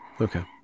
Okay